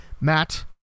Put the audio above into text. Matt